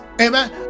amen